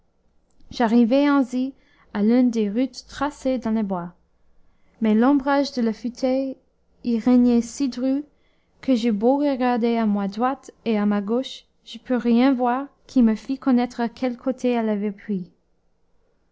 ainsi à l'une des routes tracées dans le bois mais l'ombrage de la futaie y régnait si dru que j'eus beau regarder à ma droite et à ma gauche je pus rien voir qui me fît connaître quel côté elle avait pris